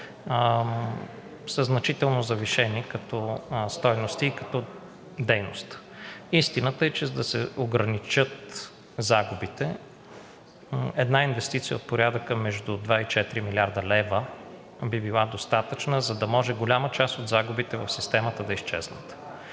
са значително завишени като стойности и като дейност. Истината е, че за да се ограничат загубите, една инвестиция от порядъка между два и четири милиарда лева би била достатъчна, за да може голяма част от загубите в системата да изчезнат.